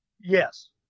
Yes